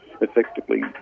effectively